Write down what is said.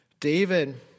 David